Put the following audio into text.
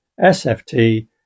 sft